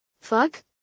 Fuck